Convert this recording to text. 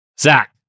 Zach